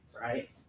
right